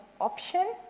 option